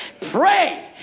Pray